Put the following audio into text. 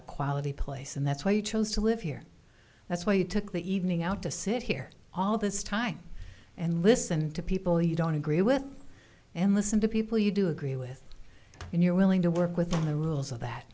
a quality place and that's why you chose to live here that's why you took the evening out to sit here all this time and listen to people you don't agree with and listen to people you do agree with and you're willing to work within the rules of that